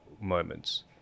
moments